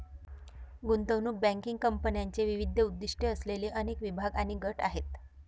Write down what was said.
गुंतवणूक बँकिंग कंपन्यांचे विविध उद्दीष्टे असलेले अनेक विभाग आणि गट आहेत